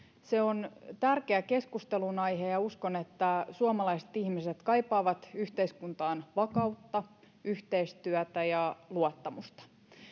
se on tärkeä keskustelunaihe ja ja uskon että suomalaiset ihmiset kaipaavat yhteiskuntaan vakautta yhteistyötä ja luottamusta